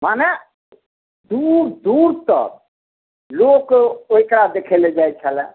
माने दूर दूर तक लोक ओकरा देखय ला जाइ छलए